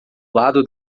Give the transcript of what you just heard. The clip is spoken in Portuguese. lado